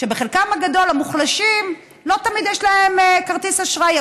ולחלקם הגדול של המוחלשים לא תמיד יש כרטיס אשראי.